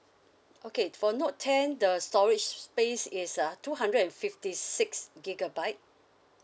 okay for note ten the storage space is uh two hundred and fifty six gigabyte